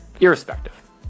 irrespective